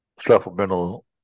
supplemental